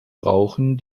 rauchen